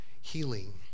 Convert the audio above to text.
healing